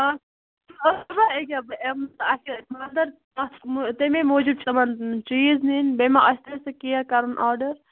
ایکیٛاہ بہٕ یِمہٕ اسہِ چھُ خاندر تتھ تمے موٗجوٗب چھِ تِمن چیٖز نِنۍ بیٚیہِ ما آسہِ تٔمِس تہِ کیک کرُن آرڈر